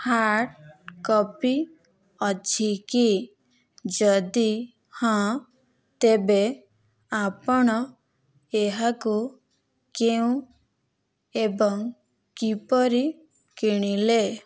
hard copy ଅଛି କି ଯଦି ହଁ ତେବେ ଆପଣ ଏହାକୁ କେଉଁ ଏବଂ କିପରି କିଣିଲେ